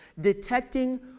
Detecting